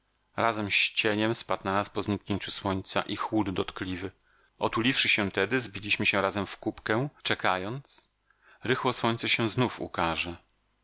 razem z cieniem spadł na nas po zniknięciu słońca i chłód dotkliwy otuliwszy się tedy zbiliśmy się razem w kupkę czekając rychło słonce się znów